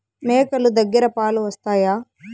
మేక లు దగ్గర పాలు వస్తాయా?